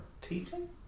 teaching